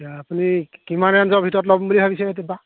অ আপুনি কিমান ৰেঞ্জৰ ভিতৰত ল'ম বুলি ভাবিছে এতিয়া বা